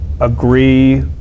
agree